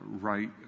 right